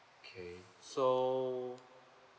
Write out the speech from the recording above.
okay so